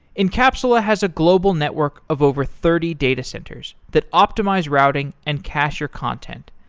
encapsula has a global network of over thirty data centers that optimize routing and cacher content.